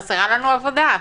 חסרה לנו עבודה.